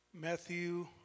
Matthew